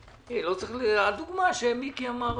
הדוגמה שמיקי אמר,